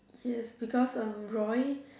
yes because um Roy